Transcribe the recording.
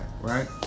right